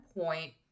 point